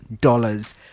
dollars